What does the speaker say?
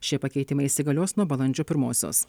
šie pakeitimai įsigalios nuo balandžio pirmosios